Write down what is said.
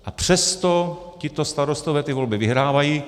A přesto tito starostové ty volby vyhrávají.